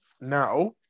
now